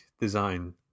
design